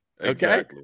okay